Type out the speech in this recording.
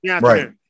right